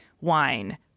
wine